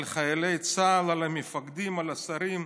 על חיילי צה"ל, על המפקדים, על השרים,